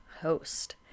host